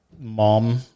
mom